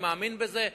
אני מאמין בזה,